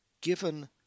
given